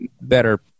better